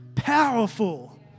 Powerful